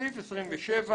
הסתייגות 27: